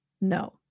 No